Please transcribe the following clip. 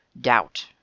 doubt